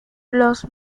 los